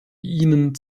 ihnen